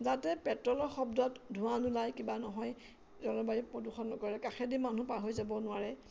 যাতে পেট্ৰলৰ শব্দত ধোঁৱা নোলায় কিবা নহয় জলবায়ু প্ৰদূষণ নকৰে কাষেদি মানুহ পাহৰি যাব নোৱাৰে